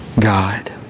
God